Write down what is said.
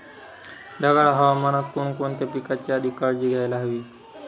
ढगाळ हवामानात कोणकोणत्या पिकांची अधिक काळजी घ्यायला हवी?